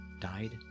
died